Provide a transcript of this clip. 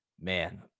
man